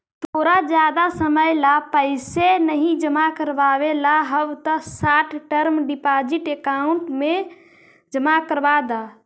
तोरा जादा समय ला पैसे नहीं जमा करवावे ला हव त शॉर्ट टर्म डिपॉजिट अकाउंट में जमा करवा द